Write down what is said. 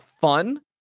fun